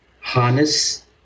harness